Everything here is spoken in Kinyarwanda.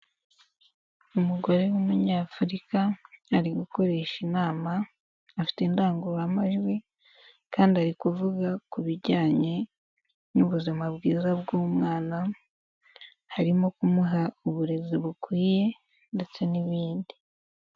Umugore w'umunyafurika ari gukoresha inama afite indangururamajwi kandi ari kuvuga ku bijyanye n'ubuzima bwiza bw'umwana, harimo kumuha uburezi bukwiye ndetse n'ibindi.